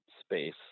space